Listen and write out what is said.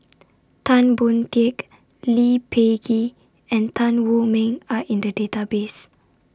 Tan Boon Teik Lee Peh Gee and Tan Wu Meng Are in The Database